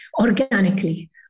organically